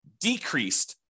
decreased